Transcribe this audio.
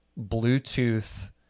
Bluetooth